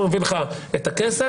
אנחנו נביא לך את הכסף,